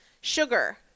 Sugar